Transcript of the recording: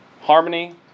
Harmony